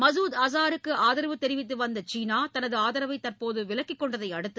மசூத் அசாருக்கு ஆதரவு தெரிவித்து வந்த சீனா தனது ஆதரவை தற்போது விலக்கிக் கொண்டதையடுத்து